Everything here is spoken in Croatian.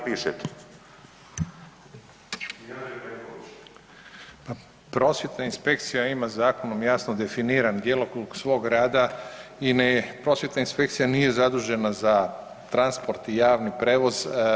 Prosvjetna inspekcija ima zadano jasno definiran djelokrug svog rada i prosvjetna inspekcija nije zadužena za transport i javni prijevoz.